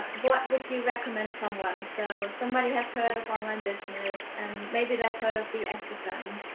but what would you recommend someone, so, somebody has heard of online business and maybe they've heard of the sfm,